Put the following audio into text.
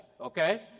Okay